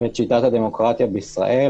את שיטת הדמוקרטיה בישראל.